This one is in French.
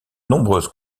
nombreuses